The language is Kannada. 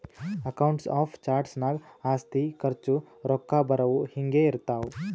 ಅಕೌಂಟ್ಸ್ ಆಫ್ ಚಾರ್ಟ್ಸ್ ನಾಗ್ ಆಸ್ತಿ, ಖರ್ಚ, ರೊಕ್ಕಾ ಬರವು, ಹಿಂಗೆ ಇರ್ತಾವ್